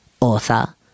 author